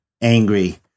angry